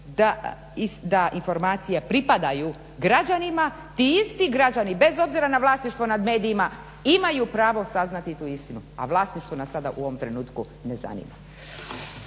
da informacije pripadaju građanima. Ti isti građani bez obzira na vlasništvo nad medijima imaju pravo saznati tu istinu, a vlasništvo nas sada u ovom trenutku ne zanima.